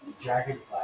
Dragonfly